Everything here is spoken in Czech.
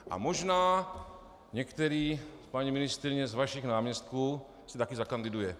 A možná některý, paní ministryně, z vašich náměstků si taky zakandiduje.